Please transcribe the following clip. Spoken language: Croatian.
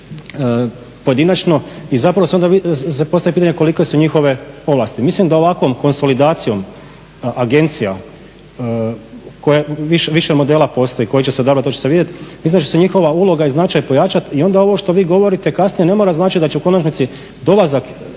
pojedinačno. I zapravo se onda postavlja pitanje kolike su njihove ovlasti. Mislim da ovakvom konsolidacijom agencija koja, više modela postoji, koji će se odabrati, to će se vidjeti. Mislim da će se njihova uloga i značaj pojačati. I onda ovo što vi govorite kasnije ne mora značiti da će u konačnici dolazak